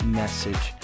message